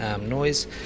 noise